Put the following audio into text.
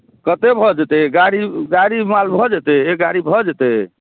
कतेक भऽ जेतै गाड़ी गाड़ी माल भऽ जेतै एक गाड़ी भऽ जेतै